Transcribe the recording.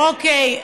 אוקיי.